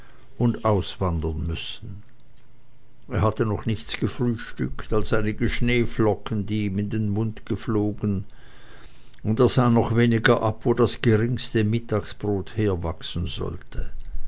und auswandern müssen er hatte noch nichts gefrühstückt als einige schneeflocken die ihm in den mund geflogen und er sah noch weniger ab wo das geringste mittagbrot herwachsen sollte